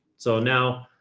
so now,